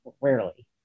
rarely